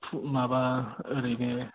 माबा ओरैनो